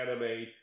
anime